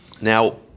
now